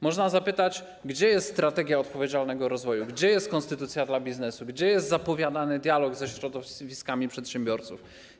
Można zapytać, gdzie jest strategia odpowiedzialnego rozwoju, gdzie jest konstytucja dla biznesu, gdzie jest zapowiadany dialog ze środowiskami przedsiębiorców.